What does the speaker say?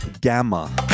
Gamma